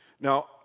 Now